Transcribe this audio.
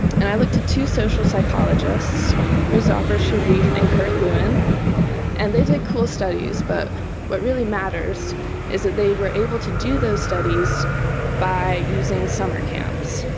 and i looked at two social psychologists muzafer sherif and kurt lewin and they did cool studies, but what really matters is that they were able to do those studies by using summer camps.